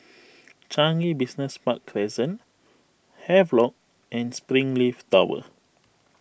Changi Business Park Crescent Havelock and Springleaf Tower